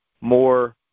more